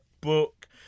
book